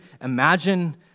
imagine